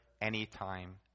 anytime